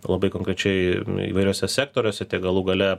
labai konkrečiai įvairiuose sektoriuose galų gale